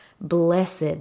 Blessed